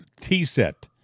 T-Set